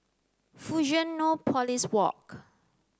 Fusionopolis Walk